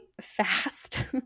fast